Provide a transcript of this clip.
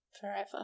forever